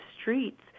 streets